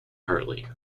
hartley